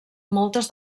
moltes